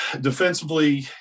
defensively